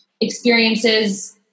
experiences